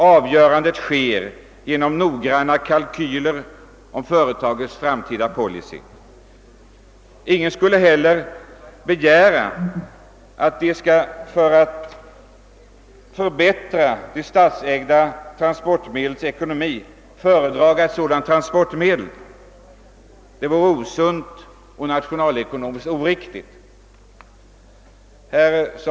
Avgörandet sker genom noggranna kalkyler om företagets framtida policy. Ingen skulle heller begära att företagen skall, för att förbättra de statsägda trafikmedlens ekonomi, föredra ett sådant transportmedel. Det vore osunt och nationalekonomiskt oriktigt.